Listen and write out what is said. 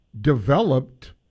developed